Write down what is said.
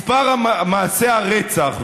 מספר מעשי הרצח,